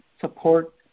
support